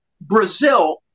Brazil